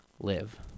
live